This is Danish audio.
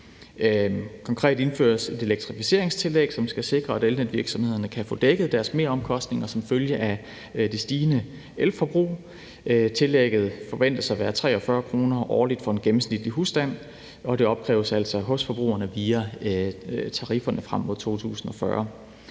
Konkret indføres et elektrificeringstillæg, som skal sikre, at elnetvirksomhederne kan få dækket deres meromkostninger som følge af det stigende elforbrug. Tillægget forventes at være på 43 kr. årligt for en gennemsnitlig husstand, og det opkræves altså hos forbrugerne via tarifferne frem mod 2040.